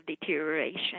deterioration